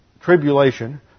tribulation